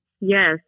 Yes